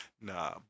nah